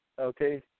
Okay